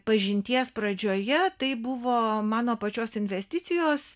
pažinties pradžioje tai buvo mano pačios investicijos